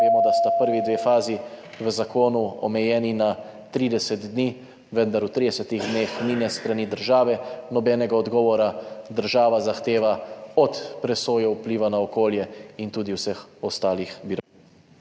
Vemo, da sta prvi dve fazi v zakonu omejeni na 30 dni, vendar v 30 dneh ni s strani države nobenega odgovora, država zahteva od presoje vpliva na okolje do vseh ostalih virov.